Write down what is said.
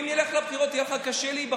חזרתי בי.